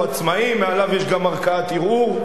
הוא עצמאי, מעליו יש גם ערכאת ערעור.